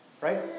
right